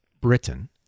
Britain